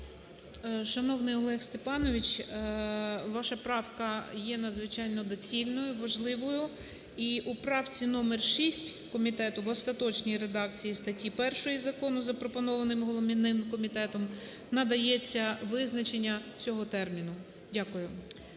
Шановний Олег Степанович, ваша правка є надзвичайно доцільною, важливою і у правці номер 6 комітет в остаточній редакції статті 1 закону, запропонованим головним комітетом, надається визначення всього терміну. Дякую.